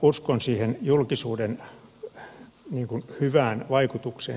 uskon siihen julkisuuden hyvään vaikutukseen